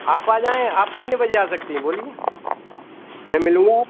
आप आ जाएं आप कितने बजे आ सकती हैं बोलिए मैं मिलूँगा वहाँ